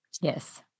Yes